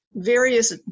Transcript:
various